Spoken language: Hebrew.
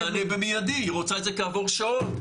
אני במיידי, רוצה את זה כעבור שעות.